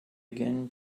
again